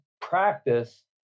practice